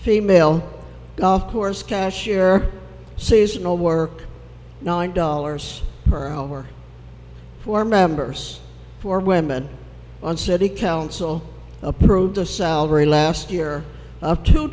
female golf course cashier seasonal work nine dollars per hour for members for women on city council approved a salary last year of two